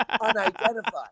unidentified